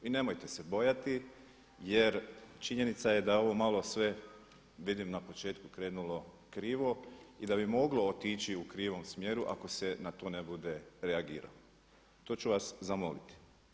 I nemojte se bojati jer činjenica je da ovo malo sve vidim na početku krenulo krivo i da bi moglo otići u krivom smjeru ako se na to ne bude reagiralo, to ću vas zamoliti.